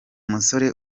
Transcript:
musore